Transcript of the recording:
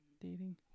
dating